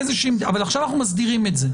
אבל עכשיו אנחנו מסדירים את זה.